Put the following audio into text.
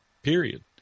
period